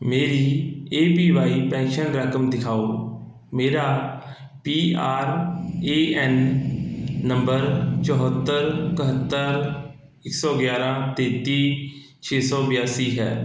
ਮੇਰੀ A P Y pension ਰਕਮ ਦਿਖਾਓ ਮੇਰਾ P R A N number ਚੌਹੱਤਰ ਇਕੱਤਰ ਇੱਕ ਸੌ ਗਿਆਰ੍ਹਾਂ ਤੇਤੀ ਛੇ ਸੌ ਬਿਆਸੀ ਹੈ